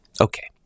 Okay